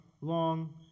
long